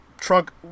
trunk